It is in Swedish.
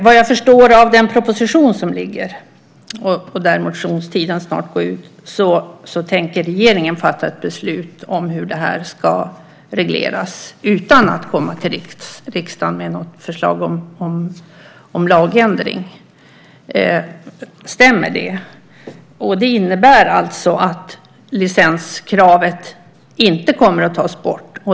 Vad jag förstår av den proposition som ligger på bordet - och där går motionstiden snart ut - tänker regeringen fatta ett beslut om hur det här ska regleras utan att komma till riksdagen med något förslag om lagändring. Stämmer det? Det innebär alltså att licenskravet inte kommer att tas bort.